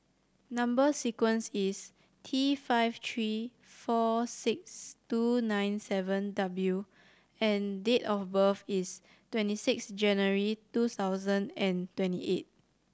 number sequence is T five three four six two nine seven W and date of birth is twenty six January two thousand and twenty eight